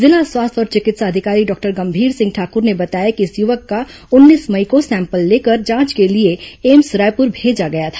जिला स्वास्थ्य और चिकित्सा अधिकारी डॉक्टर गंभीर सिंह ठाकुर ने बताया कि इस युवक का उन्नीस मई को सैंपल लेकर जांच के लिए एम्स रायपुर भेजा गया था